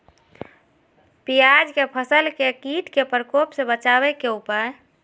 प्याज के फसल के कीट के प्रकोप से बचावे के उपाय?